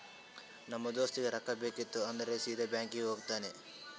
ನಮ್ ದೋಸ್ತಗ್ ರೊಕ್ಕಾ ಬೇಕಿತ್ತು ಅಂದುರ್ ಸೀದಾ ಬ್ಯಾಂಕ್ಗೆ ಹೋಗ್ತಾನ